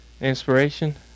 inspiration